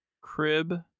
crib